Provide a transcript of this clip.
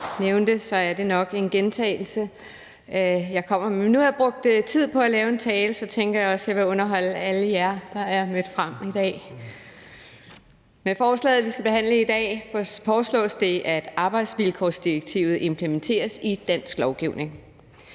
og det er nok også en gentagelse, jeg kommer med. Men nu har jeg brugt tid på at lave en tale, og så tænker jeg også, at jeg vil underholde alle jer, der er mødt frem i dag. Med forslaget, vi skal behandle i dag, foreslås det, at arbejdsvilkårsdirektivet implementeres i dansk lovgivning.